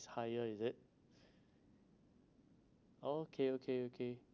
higher is it okay okay okay